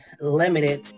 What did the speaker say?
limited